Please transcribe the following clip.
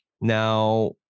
Now